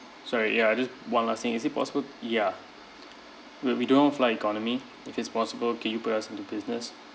sorry ya just one last thing is it possible ya we we don't want fly economy if it's possible can you put us into business